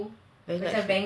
vanguard